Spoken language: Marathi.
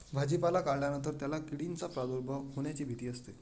भाजीपाला काढल्यानंतर त्याला किडींचा प्रादुर्भाव होण्याची भीती असते